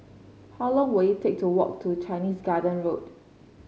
how long will it take to walk to Chinese Garden Road